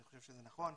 אני חושב שזה נכון,